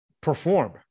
perform